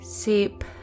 Sip